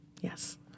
Yes